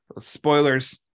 Spoilers